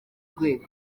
rwego